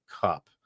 cup